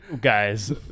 guys